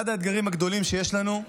אחד האתגרים הגדולים שיש לנו.